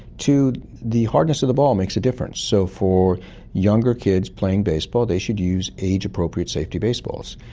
two, the hardness of the ball makes a difference. so for younger kids playing baseball they should use age-appropriate safety baseballs.